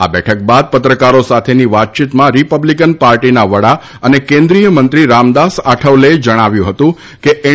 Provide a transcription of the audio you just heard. આ બેઠક બાદ પત્રકારો સાથેની વાતચીતમાં રિપબ્લિકન પાર્ટીના વડા અને કેન્દ્રિય મંત્રી રામદાસ આઠવલેએ જણાવ્યું હતું કે એન